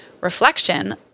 Reflection